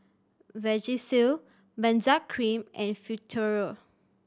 Vagisil Benzac Cream and Futuro